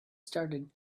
started